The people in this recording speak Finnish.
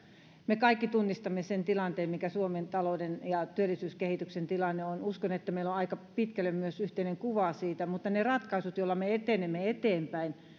me kaikki tunnistamme sen tilanteen mikä suomen talouden ja työllisyyskehityksen tilanne on uskon että meillä on aika pitkälle myös yhteinen kuva siitä mutta ne ratkaisut joilla me etenemme eteenpäin